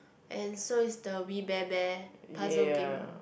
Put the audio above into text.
and so is the We Bare Bear puzzle game